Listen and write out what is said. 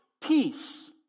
peace